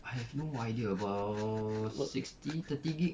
I have no idea about sixty thirty gig